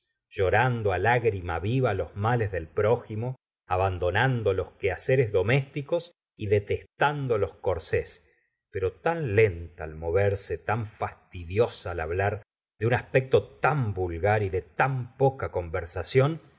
llorando lágrima viva los males del prójimo abandonando los quehaceres domésticos y detestando los corsés pero tan lenta al moverse tan fastidiosa al hablar de un aspecto tan vulgar y de tan poca conversación